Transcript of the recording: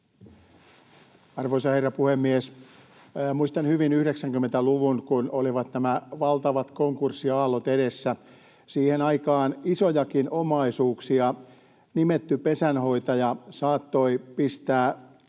Arvoisa herra puhemies! Muistan hyvin 90-luvun, kun olivat nämä valtavat konkurssiaallot edessä. Siihen aikaan isojakin omaisuuksia nimetty pesänhoitaja saattoi pistää